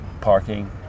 parking